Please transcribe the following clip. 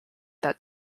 that